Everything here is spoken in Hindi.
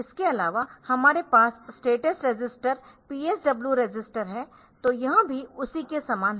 इसके अलावा हमारे पास स्टेटस रजिस्टर PSW रजिस्टर है तो यह भी उसी के समान है